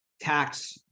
tax